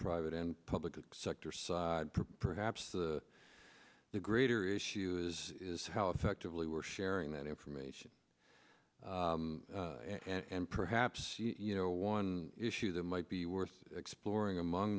private and public sector so perhaps the the greater issue is how effectively we're sharing that information and perhaps you know one issue that might be worth exploring among